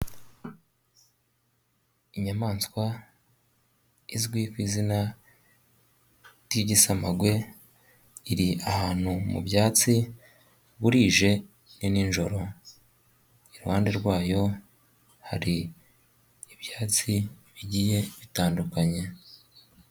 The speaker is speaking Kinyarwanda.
Inyamaswa izwi ku izina ry'igisamagwe iri ahantu mu byatsi burije ni ninjoro, iruhande rwayo hari ibyatsi bigiye bitandukanye.